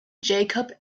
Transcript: jakob